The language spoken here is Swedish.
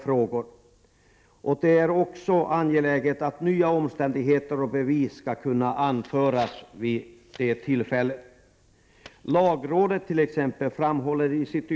Därvid är det också angeläget att nya omständigheter och bevis skall kunna anföras. Lagrådet framhåller i sitt yttrande över regeringens förslag till lag om Prot.